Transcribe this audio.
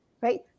right